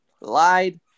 lied